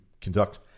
conduct